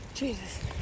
Jesus